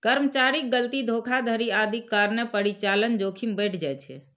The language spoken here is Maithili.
कर्मचारीक गलती, धोखाधड़ी आदिक कारणें परिचालन जोखिम बढ़ि जाइ छै